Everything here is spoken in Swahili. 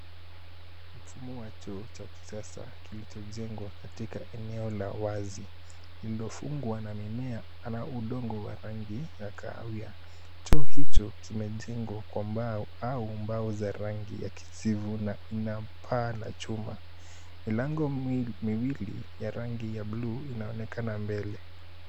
Mfumo wa choo cha kisasa kilichojengwa katika eneo la wazi, lililofungwa na mimea na udongo wa rangi ya kahawia. choo hicho kimejengwa kwa mbao au mbao za rangi ya kijivu na paa la chuma. milango miwili ya rangi ya bluu inaonekana mbele.